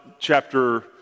chapter